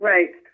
Right